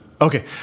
Okay